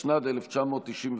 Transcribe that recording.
התשנ"ד 1994,